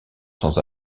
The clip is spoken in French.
sans